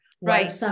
Right